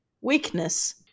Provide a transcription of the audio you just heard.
weakness